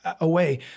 away